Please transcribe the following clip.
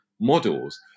models